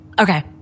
Okay